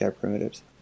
primitives